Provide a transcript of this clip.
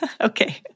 Okay